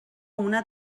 una